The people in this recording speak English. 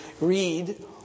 read